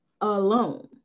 Alone